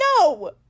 no